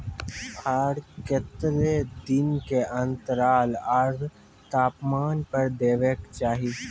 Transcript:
आर केते दिन के अन्तराल आर तापमान पर देबाक चाही?